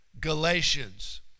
Galatians